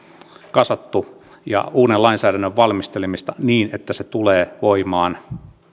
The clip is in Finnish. kasattu ja uuden lainsäädännön valmistelemista niin että se tulee voimaan